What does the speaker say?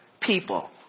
people